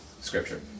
Scripture